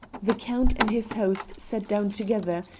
the count and his host sat down together,